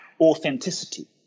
authenticity